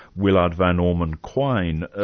willard van ormen quine. ah